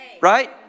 Right